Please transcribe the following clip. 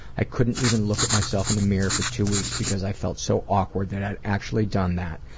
i couldn't even look at myself in the mirror for two weeks because i felt so awkward that i had actually done that.